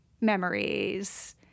memories